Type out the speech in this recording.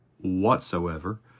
whatsoever